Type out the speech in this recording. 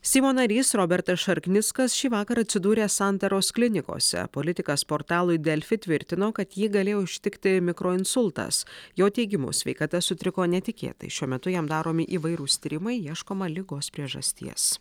seimo narys robertas šarknickas šį vakarą atsidūrė santaros klinikose politikas portalui delfi tvirtino kad jį galėjo ištikti mikroinsultas jo teigimu sveikata sutriko netikėtai šiuo metu jam daromi įvairūs tyrimai ieškoma ligos priežasties